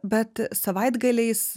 bet savaitgaliais